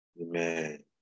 Amen